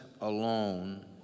alone